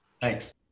thanks